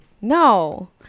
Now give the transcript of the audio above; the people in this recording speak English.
No